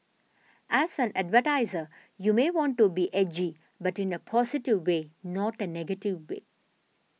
as an advertiser you may want to be edgy but in a positive way not a negative way